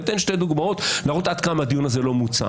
ואני אתן שתי דוגמאות להראות עד כמה הדיון הזה לא מוצה.